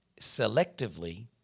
selectively